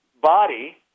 body